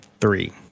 three